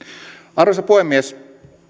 arvoisa puhemies